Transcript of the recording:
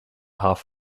half